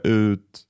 ut